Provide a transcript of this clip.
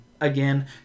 Again